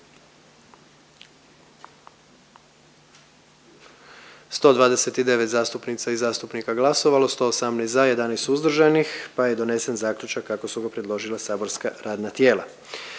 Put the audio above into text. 129 zastupnica i zastupnika glasovalo, 118 za, 11 suzdržanih pa je donesen zaključak kako su ga predložila saborska radna tijela.